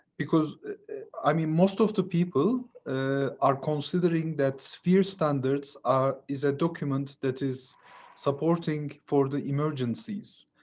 because i mean, most of the people ah are considering that sphere standards are is a document that is supporting for the emergencies.